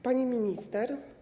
Pani Minister!